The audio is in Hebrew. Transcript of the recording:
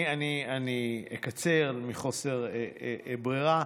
אני אקצר, מחוסר ברירה.